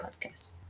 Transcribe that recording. podcast